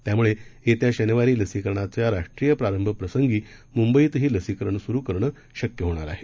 त्यामुळेयेत्याशनिवारीलसीकरणाच्याराष्ट्रीयप्रारंभप्रसंगीमुंबईतहीलसीकरणसुरूकरणशक्यहोणारआहे